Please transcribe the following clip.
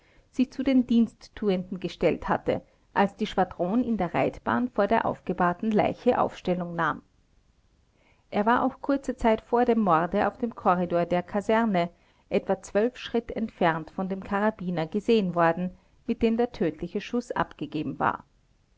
sich zu den diensttuenden gestellt hatte als die schwadron in der reitbahn vor der aufgebahrten leiche aufstellung nahm er war auch kurze zeit vor dem morde auf dem korridor der kaserne etwa zwölf schritt entfernt von dem karabiner gesehen worden mit dem der tödliche schuß abgegeben war